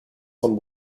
von